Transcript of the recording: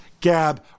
gab